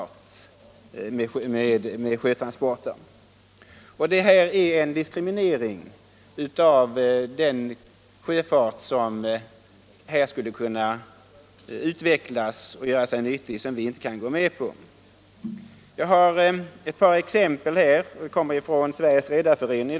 Det är en diskriminering som vi inte kan gå med på av den sjöfart som här skulle kunna utvecklas och göra sig nyttig. Jag har ett par exempel här från Sveriges Redareförening.